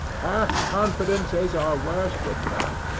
half-confidences are worse than none.